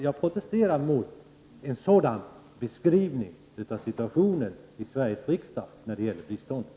Jag protesterar mot att situationen när det gäller biståndet beskrivs på det sättet i Sveriges riksdag.